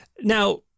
Now